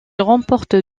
remporte